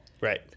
right